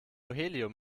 helium